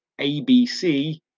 ABC